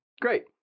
Great